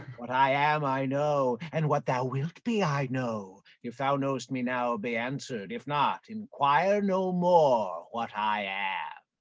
what i am i know, and what thou wilt be i know. if thou knowest me now, be answered if not, enquire no more what i am.